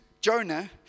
Jonah